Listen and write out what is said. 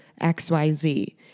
XYZ